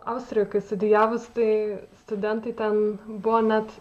austrijoj studijavus tai studentai ten buvo net